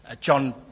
John